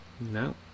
No